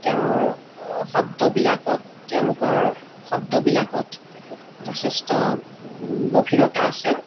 তেওঁৰ শব্দবিলাকত তেওঁলোকৰ শব্দবিলাকত যথেষ্ট গভীৰতা আছে